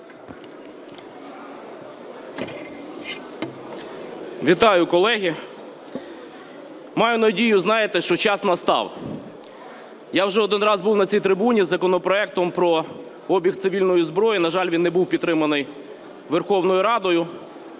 Вітаю, колеги! Маю надію, знаєте, що час настав. Я вже один раз був на цій трибуні із законопроектом про обіг цивільної зброї. На жаль, він не був підтриманий Верховною Радою.